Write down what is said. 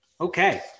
Okay